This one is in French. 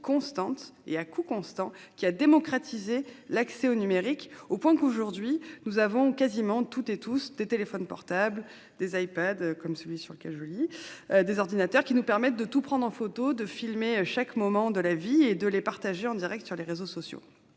constante et à coût constant a démocratisé l'accès au numérique, au point que nous avons désormais toutes et tous des téléphones portables, des iPads- comme celui sur lequel je lis mon intervention -, des ordinateurs, qui nous permettent de tout photographier, de filmer chaque moment de la vie et de les partager en direct sur les réseaux sociaux.